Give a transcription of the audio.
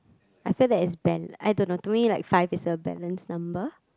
I feel that it is banned I don't know to me like five is a balanced number